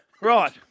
Right